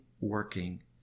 working